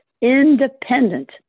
independent